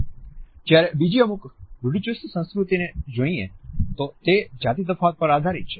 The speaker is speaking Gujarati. જ્યારે બીજી અમુક રૂઢીચુસ્ત સંસ્કૃતિને જોઈએ તો તે જાતિ તફાવત પર આધારિત છે